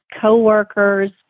coworkers